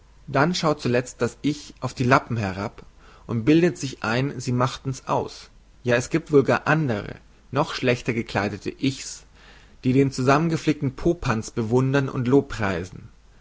dann schaut zulezt das ich auf die lappen herab und bildet sich ein sie machten's aus ja es giebt wohl gar andere noch schlechter gekleidete ich's die den zusammengeflikten popanz bewundern und lobpreisen